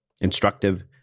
instructive